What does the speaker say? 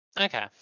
Okay